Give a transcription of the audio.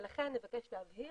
לכן נבקש להבהיר